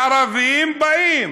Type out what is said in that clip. ערבים באים.